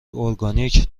اورگانیک